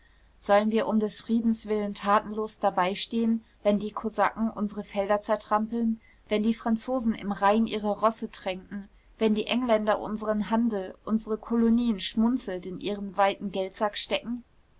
sollen wir um des friedens willen tatenlos dabeistehen wenn die kosaken unsere felder zertrampeln wenn die franzosen im rhein ihre rosse tränken wenn die engländer unseren handel unsere kolonien schmunzelnd in ihren weiten geldsack stecken